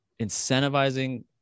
incentivizing